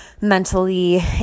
mentally